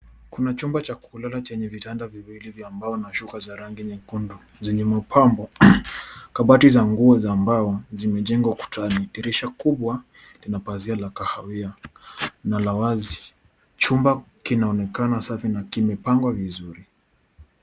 Kuna chumba cha kulala chenye vitanda viwili vya mbao nashuka za rangi nyekundu zenye mapambo. Kabati za nguo za mbao zimejengwa kutani. Dirisha kubwa lina pazia la kahawia na la wazi. Chumba kinaonekana safi na kimpangwa vizuri.